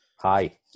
Hi